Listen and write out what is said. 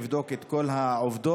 יבדוק את כל העובדות.